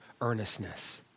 earnestness